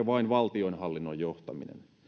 vain valtionhallinnon johtaminen